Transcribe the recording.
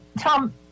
Tom